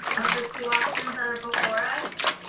of the two options that are before us.